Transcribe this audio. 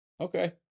Okay